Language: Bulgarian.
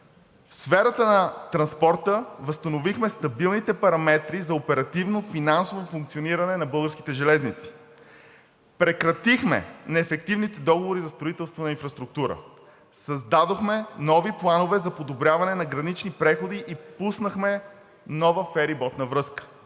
В сферата на транспорта възстановихме стабилните параметри за оперативно финансово функциониране на българските железници. Прекратихме неефективните договори за строителство на инфраструктура. Създадохме нови планове за подобряване на гранични преходи и пуснахме нова фериботна връзка.